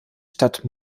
stadt